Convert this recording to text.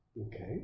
Okay